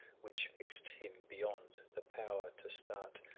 which fixed him beyond the power to start.